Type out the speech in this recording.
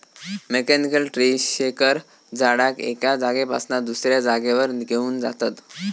mechanical tree shaker झाडाक एका जागेपासना दुसऱ्या जागेवर घेऊन जातत